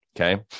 okay